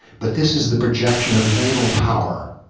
but this is the projection of naval power.